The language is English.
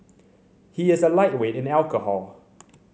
he is a lightweight in alcohol